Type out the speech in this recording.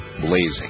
blazing